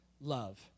love